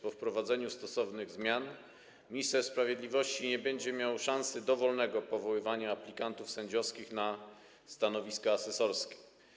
Po wprowadzeniu stosownych zmian minister sprawiedliwości nie będzie miał szansy dowolnego powoływania aplikantów sędziowskich na stanowiska asesorskie.